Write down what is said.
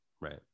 right